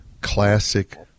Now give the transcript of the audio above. classic